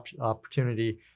opportunity